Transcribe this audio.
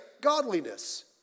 godliness